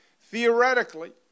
Theoretically